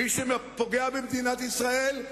מי שפוגע במדינת ישראל,